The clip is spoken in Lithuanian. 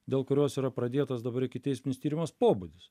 dėl kurios yra pradėtas dabar ikiteisminis tyrimas pobūdis